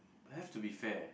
have to be fair